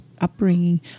upbringing